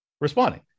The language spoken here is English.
responding